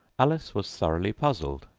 alice was thoroughly puzzled.